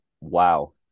Wow